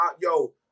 yo